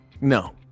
no